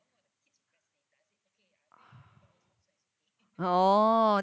oh